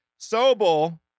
Sobel